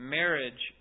Marriage